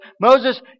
Moses